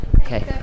Okay